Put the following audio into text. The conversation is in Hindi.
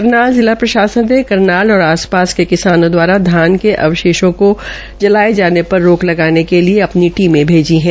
करनाल जिला प्रशासन ने करनाल और आसपास किसानों दवारा धान के अवशेष को जलाये जाने पर रोक लगाने के लिए अपनी टीमे भेंजी है